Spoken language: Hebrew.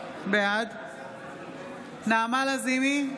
בעד נעמה לזימי,